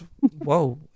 Whoa